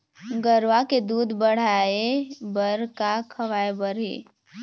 गरवा के दूध बढ़ाये बर का खवाए बर हे?